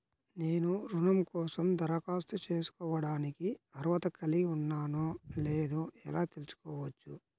నేను రుణం కోసం దరఖాస్తు చేసుకోవడానికి అర్హత కలిగి ఉన్నానో లేదో ఎలా తెలుసుకోవచ్చు?